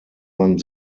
man